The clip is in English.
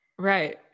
Right